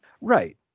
Right